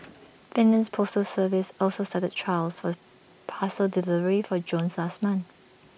Finland's postal service also started trials for parcel delivery for drones last month